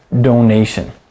donation